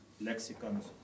lexicons